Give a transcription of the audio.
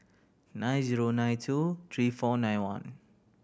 nine zero nine two three four nine one